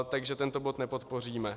Takže tento bod nepodpoříme.